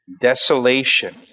desolation